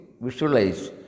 visualize